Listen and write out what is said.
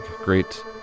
great